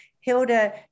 Hilda